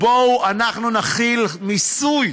נחיל מיסוי